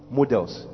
models